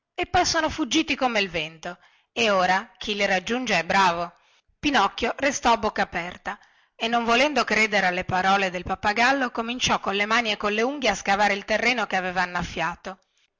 e poi sono fuggiti come il vento e ora chi li raggiunge è bravo pinocchio restò a bocca aperta e non volendo credere alle parole del pappagallo cominciò colle mani e colle unghie a scavare il terreno che aveva annaffiato